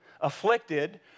afflicted